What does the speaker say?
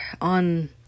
on